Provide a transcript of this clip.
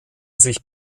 sich